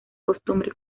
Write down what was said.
costumbre